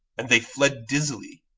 and they fled dizzily.